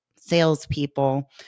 salespeople